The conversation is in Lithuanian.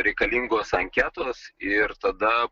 reikalingos anketos ir tada